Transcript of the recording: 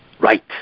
Right